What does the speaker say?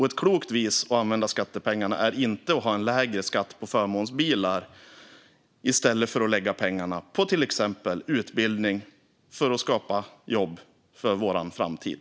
Ett klokt vis att använda skattepengarna är inte att ha en lägre skatt på förmånsbilar i stället för att lägga pengarna på exempelvis utbildning för att skapa jobb för vår framtid.